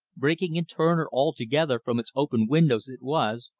breaking in turn or all together from its open windows, it was,